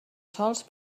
sols